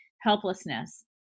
helplessness